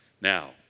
Now